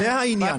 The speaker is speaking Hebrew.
זה העניין.